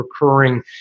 recurring